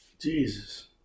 Jesus